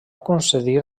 concedir